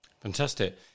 Fantastic